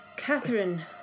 Catherine